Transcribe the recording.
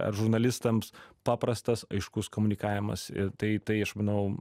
ar žurnalistams paprastas aiškus komunikavimas ir tai tai aš manau